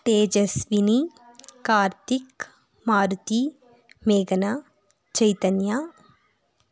ತೇಜಸ್ವಿನಿ ಕಾರ್ತಿಕ್ ಮಾರುತಿ ಮೇಘನ ಚೈತನ್ಯ